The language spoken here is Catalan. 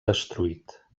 destruït